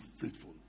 faithful